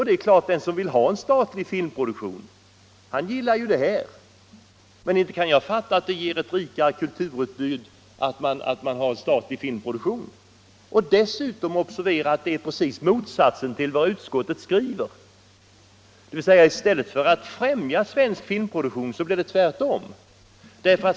Det är klart att den som vill ha en statlig filmproduktion gillar det här. Men inte kan jag fatta att statlig filmproduktion ger ett rikare kulturutbud. Observera dessutom att det är precis motsatsen till vad utskottet skriver, dvs. i stället för att främja svensk filmproduktion blir det tvärtom.